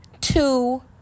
two